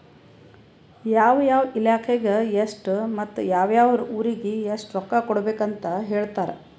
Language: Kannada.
ಯಾವ ಯಾವ ಇಲಾಖೆಗ ಎಷ್ಟ ಮತ್ತ ಯಾವ್ ಯಾವ್ ಊರಿಗ್ ಎಷ್ಟ ರೊಕ್ಕಾ ಕೊಡ್ಬೇಕ್ ಅಂತ್ ಹೇಳ್ತಾರ್